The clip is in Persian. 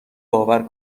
باور